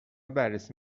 بررسی